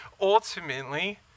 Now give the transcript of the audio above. ultimately